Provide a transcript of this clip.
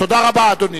תודה רבה, אדוני.